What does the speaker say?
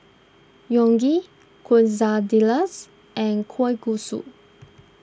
Unagi Quesadillas and Kalguksu